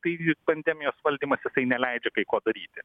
taigi pandemijos valdymas jisai neleidžia kai ko daryti